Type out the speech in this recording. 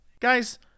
Guys